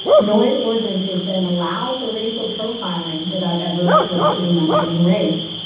noise ordinances then allow for racial profiling without ever explicitly mentioning race.